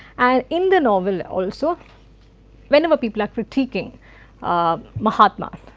and in the novel also whenever people are critiquing um mahatma,